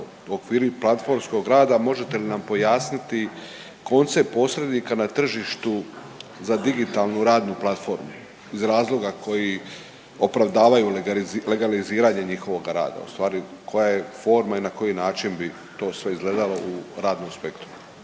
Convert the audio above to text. u okviru platformskog rada možete li nam pojasniti koncept posrednika na tržištu za digitalnu radnu platformu iz razloga koji opravdavaju legaliziranje njihovoga rada, ustvari koja je forma i na koji način bi to sve izgledalo u radnom spektru?